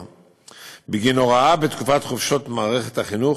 בגין הוראה בתקופת חופשות מערכת החינוך,